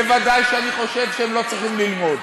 וודאי שאני חושב שהם לא צריכים ללמוד.